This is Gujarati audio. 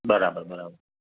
બરાબર બરાબર